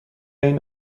این